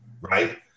right